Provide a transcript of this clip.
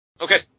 Okay